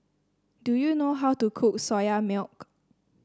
do you know how to cook Soya Milk